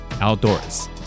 outdoors